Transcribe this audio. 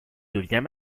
devient